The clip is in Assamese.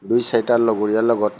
দুই চাৰিটা লগবৰীয়াৰ লগত